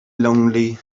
lonely